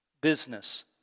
Business